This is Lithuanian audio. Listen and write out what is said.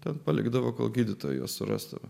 ten palikdavo kol gydytojo surastų